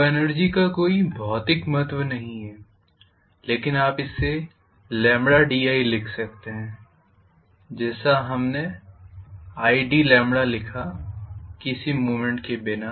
को एनर्जी का कोई भौतिक महत्व नहीं है लेकिन आप इसे di लिख सकते हैं जैसे हमने id लिखा किसी मूवमेंट के बिना